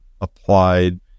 applied